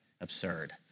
absurd